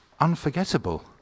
unforgettable